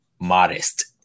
modest